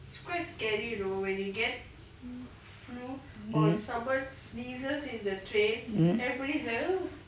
mm mm